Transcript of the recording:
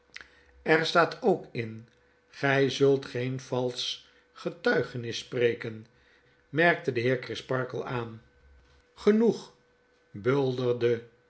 er staat ook in gg zult geen valsch getuigenis spreken merkte de heer crisparkle aan genoeg bulderde